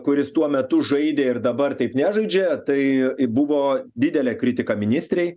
kuris tuo metu žaidė ir dabar taip nežaidžia tai buvo didelė kritika ministrei